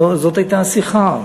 זאת הייתה השיחה.